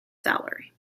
salary